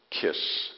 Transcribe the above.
kiss